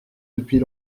depuis